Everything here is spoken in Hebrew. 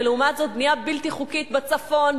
ולעומת זאת בנייה בלתי חוקית בצפון,